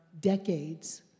decades